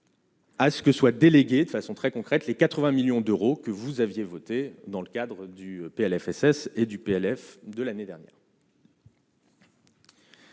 à ce que soient délégués de façon très concrète les 80 millions d'euros que vous aviez voté dans le cadre du Plfss et du PLF 2 l'année dernière.